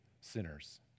sinners